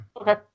Okay